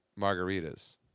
margaritas